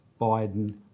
Biden